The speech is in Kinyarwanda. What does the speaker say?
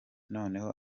noneho